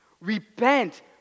Repent